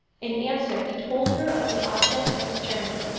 in answer he told her of the object of his journey.